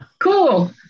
Cool